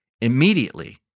Immediately